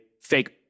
fake